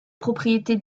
propriétés